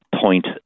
point